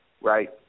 right